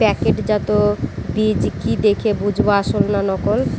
প্যাকেটজাত বীজ কি দেখে বুঝব আসল না নকল?